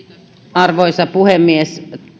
arvoisa puhemies